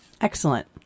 Excellent